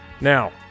now